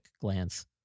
glance